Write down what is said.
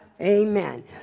Amen